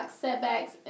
setbacks